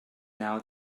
now